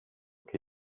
che